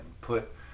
put